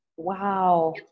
wow